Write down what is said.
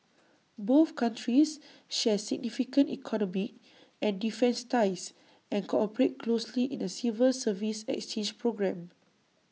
both countries share significant economic and defence ties and cooperate closely in A civil service exchange programme